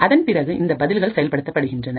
அதன் பிறகு இந்த பதில்கள் செயல்படுத்தப்படுகின்றன